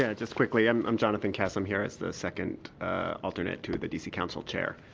yeah just quickly. i'm i'm jonathon kass. i'm here as the second alternate to the d c. council chair.